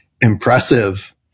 impressive